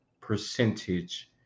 percentage